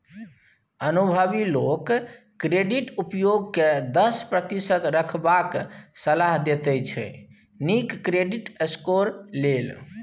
अनुभबी लोक क्रेडिट उपयोग केँ दस प्रतिशत रखबाक सलाह देते छै नीक क्रेडिट स्कोर लेल